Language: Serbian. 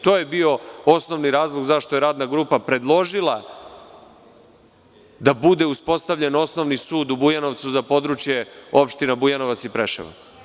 To je bio osnovni razlog zašto je radna grupa predložila da bude uspostavljen osnovni sud u Bujanovcu za područje opština Bujanovac i Preševo.